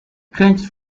clenched